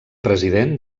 president